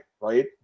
right